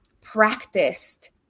practiced